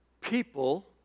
people